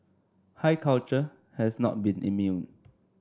high culture has not been immune